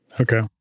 Okay